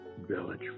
village